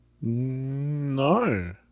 No